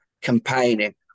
campaigning